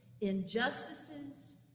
injustices